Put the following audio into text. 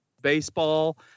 baseball